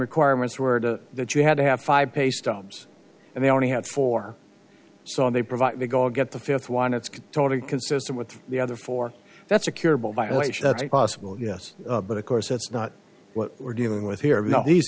requirements were to that you had to have five pay stubs and they only had four saw they provide to go get the fifth one it's totally consistent with the other four that's a curable violation that's possible yes but of course that's not what we're dealing with here